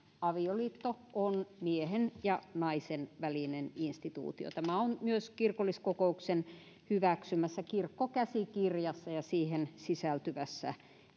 avioliitto on miehen ja naisen välinen instituutio tämä on myös kirkolliskokouksen hyväksymässä kirkkokäsikirjassa ja siihen sisältyvässä